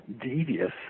devious